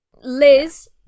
liz